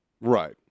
Right